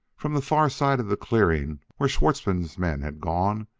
from the far side of the clearing, where schwartzmann's men had gone,